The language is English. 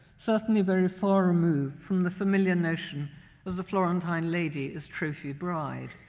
certainly very far removed from the familiar notion of the florentine lady as trophy bride.